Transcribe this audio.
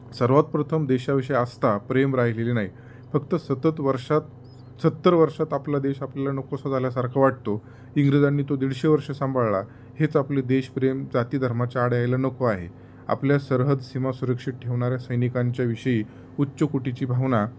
सर्वात प्रथम देशाविषयी आस्था प्रेम राहिलेले नाही फक्त सतत वर्षात सत्तर वर्षात आपला देश आपल्याला नकोसा झाल्यासारखं वाटतो इंग्रजांनी तो दीडशे वर्ष सांभाळला हेच आपले देशप्रेम जातीधर्माच्या आड यायला नको आहे आपल्या सरहद्द सीमा सुरक्षित ठेवणाऱ्या सैनिकांच्या विषयी उच्चकोटीची भावना